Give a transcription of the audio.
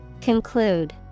Conclude